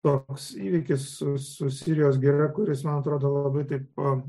toks įvykis su sirijos gira kuris man atrodo labai taip